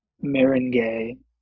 meringue